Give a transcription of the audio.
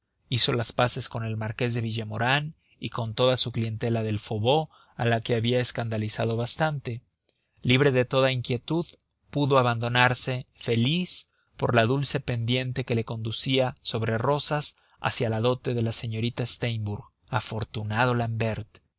hizo las paces con el marqués de villemaurin y con toda su clientela del faubourg a la que había escandalizado bastante libre de toda inquietud pudo abandonarse feliz por la dulce pendiente que le conducía sobre rosas hacia la dote de la señorita steimbourg afortunado l'ambert